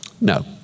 No